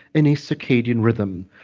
in a circadian rhythm.